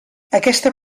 aquesta